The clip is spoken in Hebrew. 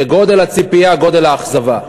כגודל הציפייה גודל האכזבה.